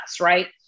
right